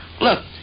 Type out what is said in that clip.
Look